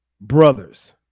brothers